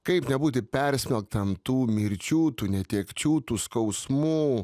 kaip nebūti persmelktam tų mirčių tų netekčių tų skausmų